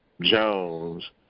Jones